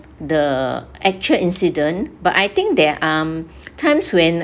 the actual incident but I think there are times when